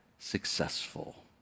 successful